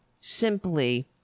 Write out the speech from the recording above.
simply